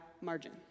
margin